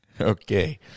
Okay